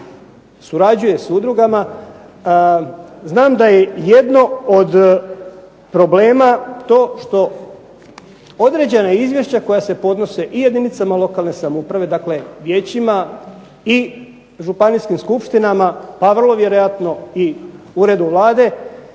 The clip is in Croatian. surađuje s udrugama, znam da je jedno od problema to što određena izvješća koja se podnose i jedinicama lokalne samouprave, dakle vijećima i županijskim skupštinama pa vrlo vjerojatno i uredu Vlade,